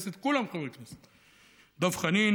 דב חנין,